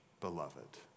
beloved